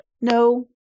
No